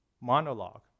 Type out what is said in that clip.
monologue